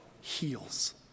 heals